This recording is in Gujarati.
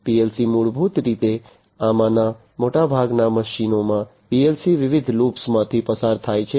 PLC મૂળભૂત રીતે આમાંના મોટાભાગના મશીનો માં PLC વિવિધ લૂપ્સમાંથી પસાર થાય છે